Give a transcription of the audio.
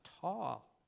tall